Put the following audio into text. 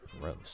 gross